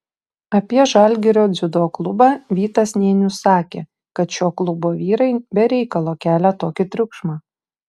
apie žalgirio dziudo klubą vytas nėnius sakė kad šio klubo vyrai be reikalo kelia tokį triukšmą